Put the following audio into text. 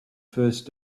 first